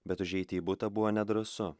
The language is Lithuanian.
bet užeiti į butą buvo nedrąsu